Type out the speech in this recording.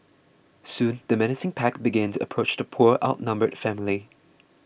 soon the menacing pack began to approach the poor outnumbered family